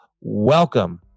welcome